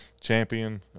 champion